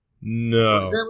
no